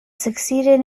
succeeded